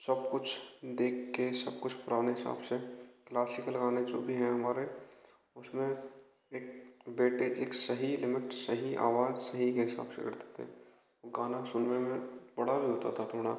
सबकुछ देख के सबकुछ पुराने हिसाब से क्लासिकल गाने जो भी हैं हमारे उसमें एक बेटेज एक सही लिमिट सही अवाज सही के हिसाब से करते थे गाना सुनने में पड़ा मिलता था थोड़ा